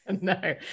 no